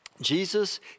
Jesus